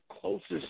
closest